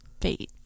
fate